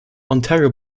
ontario